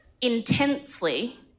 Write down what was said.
intensely